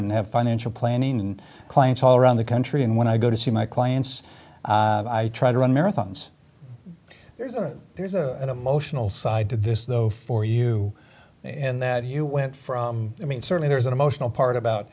and have financial planning and clients all around the country and when i go to see my clients i try to run marathons there's a there's a motional side to this though for you in that you went from i mean certainly there's an emotional part about